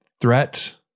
threat